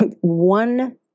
one